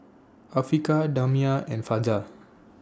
Afiqah Damia and Fajar